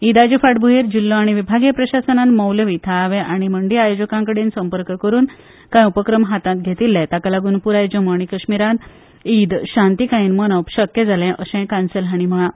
इदाचे फाटभुंयेर जिल्लो आनी विभागीय प्रषासनान मौलवी थळावे आनी मंडी आयोजकां कडेन संपर्क करून कांय उपक्रम हातांत घेतिल्ले ताका लागून पुराय जम्मू आनी कशीमरांत इद शांतीकायेन मनोवप शक्य जालें अशेंय कांसल हांणी म्हळां